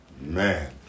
Man